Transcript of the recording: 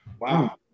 Wow